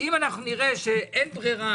אם נראה שאין ברירה,